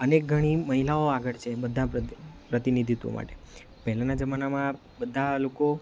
અનેક ઘણી મહિલાઓ આગળ છે બધા પ્રત પ્રતિનિધિત્વ માટે પહેલાંના જમાનામાં બધા લોકો